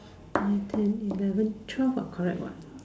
nine ten eleven twelve what correct what